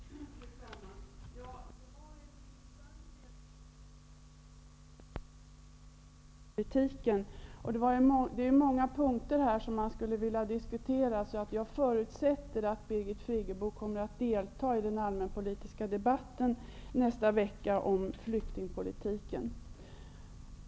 Fru talman! Det var en intressant redogörelse om flyktingpolitiken som Birgit Friggebo gav. Det är många punkter i den som jag skulle vilja diskutera. Jag förutsätter därför att Birgit Friggebo kommer att delta i den allmänpolitiska debatten nästa vecka och diskutera flyktingpolitiken.